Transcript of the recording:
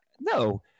No